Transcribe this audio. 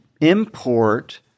import